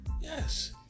Yes